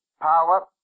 power